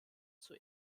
zur